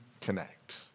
connect